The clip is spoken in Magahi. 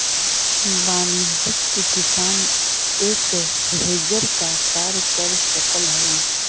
वाणिज्यिक किसान एक हेजर का कार्य कर सकअ हई